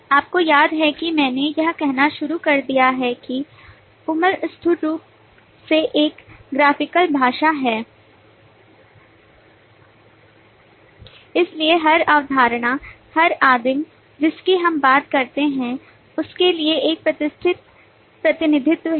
आपको याद है कि मैंने यह कहना शुरू कर दिया है कि उमल स्थूल रूप से एक ग्राफिकल भाषा है इसलिए हर अवधारणा हर आदिम जिसकी हम बात करते हैं उसके लिए एक प्रतिष्ठित प्रतिनिधित्व है